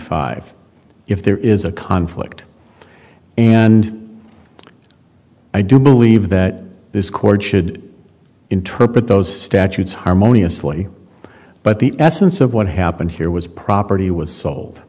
five if there is a conflict and i do believe that this court should interpret those statutes harmoniously but the essence of what happened here was property